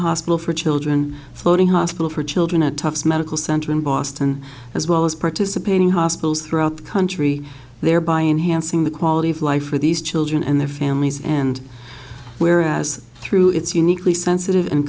hospital for children floating hospital for children at tufts medical center in boston as well as participating hospitals throughout the country thereby enhancing the quality of life for these children and their families and where as through its uniquely sensitive and